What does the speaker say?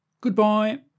Goodbye